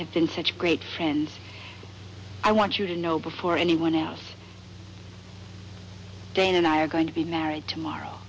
have been such great friends feel i want you to know before anyone else feel and i are going to be married tomorrow